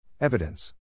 Evidence